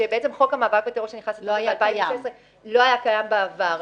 שבעצם חוק המאבק בטרור לא היה קיים בעבר,